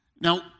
Now